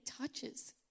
touches